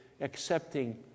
accepting